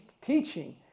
teaching